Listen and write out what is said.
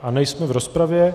A nejsme v rozpravě.